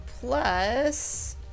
plus